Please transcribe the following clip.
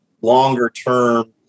longer-term